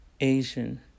Asian